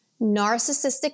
Narcissistic